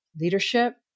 leadership